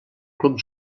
club